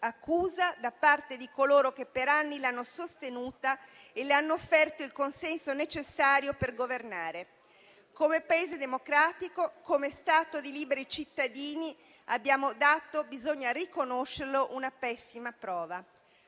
da parte di coloro che per anni l'hanno sostenuta e le hanno offerto il consenso necessario per governare. Come paese democratico, come Stato di liberi cittadini, abbiamo fatto, bisogna riconoscerlo, una pessima prova».